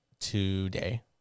today